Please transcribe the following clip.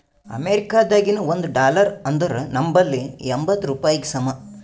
ಅಮೇರಿಕಾದಾಗಿನ ಒಂದ್ ಡಾಲರ್ ಅಂದುರ್ ನಂಬಲ್ಲಿ ಎಂಬತ್ತ್ ರೂಪಾಯಿಗಿ ಸಮ